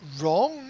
wrong